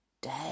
day